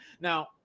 Now